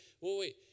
wait